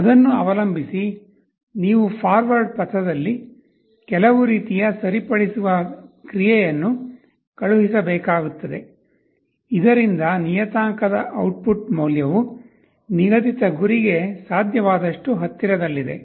ಅದನ್ನು ಅವಲಂಬಿಸಿ ನೀವು ಫಾರ್ವರ್ಡ್ ಪಥದಲ್ಲಿ ಕೆಲವು ರೀತಿಯ ಸರಿಪಡಿಸುವ ಕ್ರಿಯೆಯನ್ನು ಕಳುಹಿಸಬೇಕಾಗುತ್ತದೆ ಇದರಿಂದ ನಿಯತಾಂಕದ ಔಟ್ಪುಟ್ ಮೌಲ್ಯವು ನಿಗದಿತ ಗುರಿಗೆ ಸಾಧ್ಯವಾದಷ್ಟು ಹತ್ತಿರದಲ್ಲಿದೆ